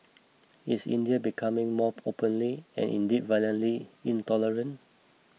is India becoming more openly and indeed violently intolerant